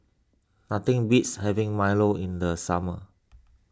nothing beats having Milo in the summer